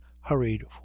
hurried